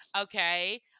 Okay